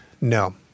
No